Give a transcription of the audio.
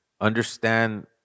understand